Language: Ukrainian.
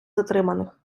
затриманих